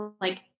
like-